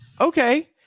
okay